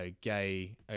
gay